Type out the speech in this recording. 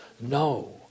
No